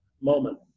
moment